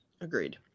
Agreed